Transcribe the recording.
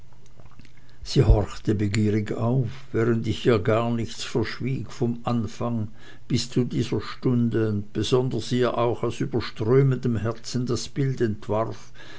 sie horchte begierig auf während ich ihr gar nichts verschwieg vom anfang bis zu dieser stunde und besonders ihr auch aus überströmendem herzen das bild entwarf